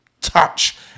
touch